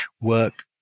work